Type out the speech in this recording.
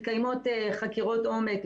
מתקיימות חקירות עומק.